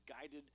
guided